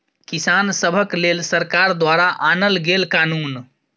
किसान सभक लेल सरकार द्वारा आनल गेल कानुन